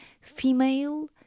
female